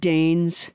Danes